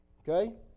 Okay